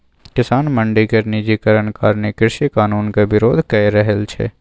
किसान मंडी केर निजीकरण कारणें कृषि कानुनक बिरोध कए रहल छै